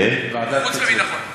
ועדת חוץ וביטחון.